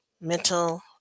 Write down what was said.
mental